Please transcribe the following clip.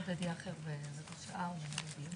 עודד יאחר ברבע שעה, הוא מנהל דיון.